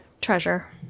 Treasure